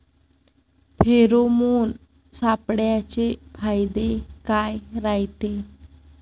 Pheromone सापळ्याचे फायदे काय रायते?